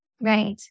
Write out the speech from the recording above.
Right